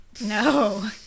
No